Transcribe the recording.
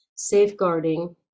safeguarding